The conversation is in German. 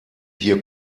hier